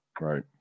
right